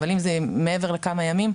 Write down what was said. אבל אם זה מעבר לכמה ימים,